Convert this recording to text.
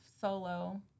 solo